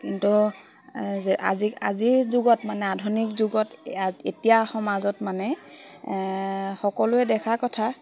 কিন্তু আজি আজিৰ যুগত মানে আধুনিক যুগত এতিয়া সমাজত মানে সকলোৱে দেখা কথা